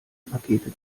pakete